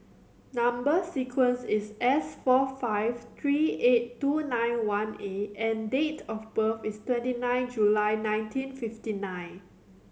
number sequence is S four five three eight two nine one A and date of birth is twenty nine July nineteen fifty nine